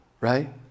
right